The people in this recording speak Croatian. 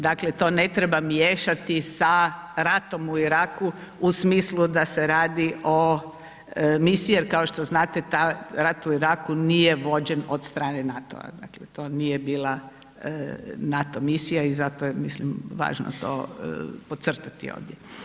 Dakle, to ne treba miješati sa ratom u Iraku u smislu da se radi o misiji jer, kao što znate, rat u Iraku nije vođen od strane NATO-a, dakle, to nije bila NATO misija i zato je, mislim, važno to podcrtati ovdje.